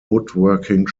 woodworking